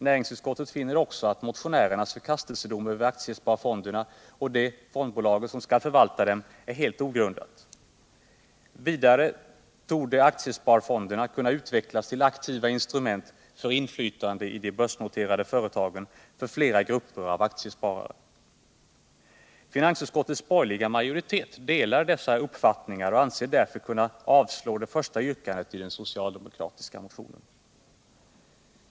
Näringsutskottet finner också att motionärernas förkastelsedom över aktiesparfonderna och det fondbolag som skall förvalta dem är helt ogrundad. Vidare torde aktiesparfonderna kunna utvecklas till aktiva instrument för inflytande i de börsnoterade företagen för flera grupper av aktiesparare. Finansutskottets borgerliga majoritet delar dessa uppfattningar och anser sig därmed kunna avstyrka det första yrkandet i den socialdemokratiska motionen.